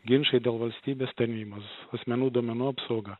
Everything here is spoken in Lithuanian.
ginčai dėl valstybės tarnybos asmenų duomenų apsauga